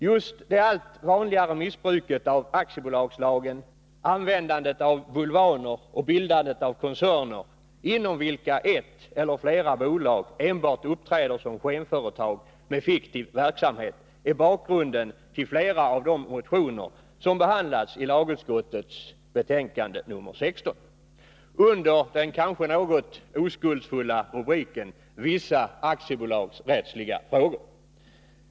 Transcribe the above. Just det allt vanligare missbruket av aktiebolagslagen, användandet av bulvaner och bildandet av koncerner inom vilket ett eller flera bolag enbart uppträder som skenföretag med fiktiv verksamhet är bakgrunden till flera av de motioner som behandlas ilagutskottets betänkande 16 under den kanske något oskuldsfulla rubriken ”Vissa aktiebolagsrättsliga frågor”.